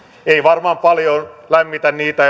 ei varmaan paljon lämmitä niitä